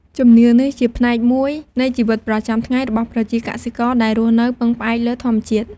ជំនឿនេះជាផ្នែកមួយនៃជីវិតប្រចាំថ្ងៃ របស់ប្រជាកសិករដែលរស់នៅពឹងផ្អែកលើធម្មជាតិ។